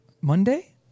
Monday